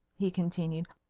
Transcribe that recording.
he continued.